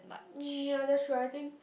ya that's true I think